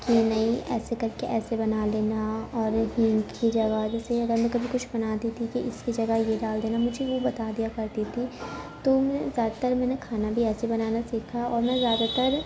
کہ نہیں ایسے کر کے ایسے بنا لینا اور یہ کہ ان کی جگہ جیسے اگر میں کبھی کچھ بنا دیتی تھی کہ اس کی جگہ یہ ڈال دینا مجھے وہ بتا دیا کرتی تھی تو مجھے زیادہ تر میں نے کھانا بھی ایسے ہی بنانا سیکھا اور میں زیادہ تر